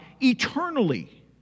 eternally